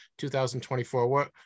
2024